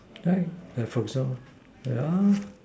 aye I'm from some ah ya